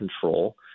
control